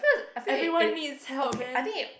everyone needs help man